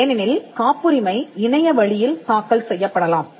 ஏனெனில் காப்புரிமை இணையவழியில் தாக்கல் செய்யப்படலாம்